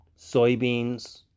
soybeans